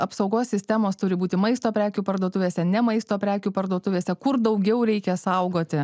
apsaugos sistemos turi būti maisto prekių parduotuvėse ne maisto prekių parduotuvėse kur daugiau reikia saugoti